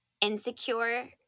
insecure